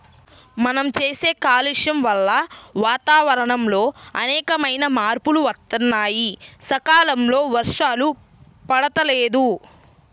మనం చేసే కాలుష్యం వల్ల వాతావరణంలో అనేకమైన మార్పులు వత్తన్నాయి, సకాలంలో వర్షాలు పడతల్లేదు